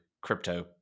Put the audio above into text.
crypto